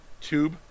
Tube